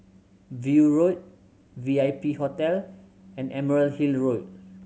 View Road V I P Hotel and Emerald Hill Road